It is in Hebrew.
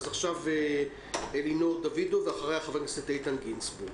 עכשיו אלינור דוידוב ואחריה חבר הכנסת איתן גינזבורג.